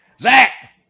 Zach